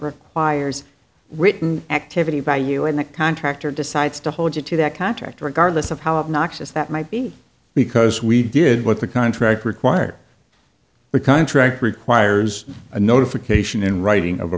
requires written activity by you and the contractor decides to hold you to that contract regardless of how obnoxious that might be because we did what the contract required the contract requires a notification in writing of a